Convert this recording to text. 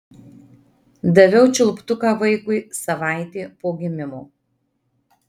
daviau čiulptuką vaikui savaitė po gimimo